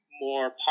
more